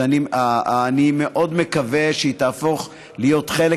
שאני מאוד מקווה שהיא תהפוך להיות חלק